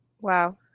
Wow